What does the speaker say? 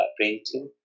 painting